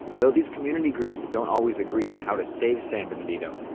though these community groups don't always agree on how to save san bernardino,